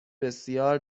بسیار